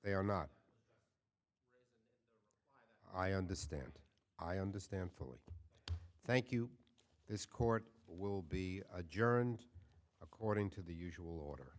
they are not i understand i understand fully thank you this court will be adjourned according to the usual order